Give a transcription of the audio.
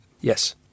Yes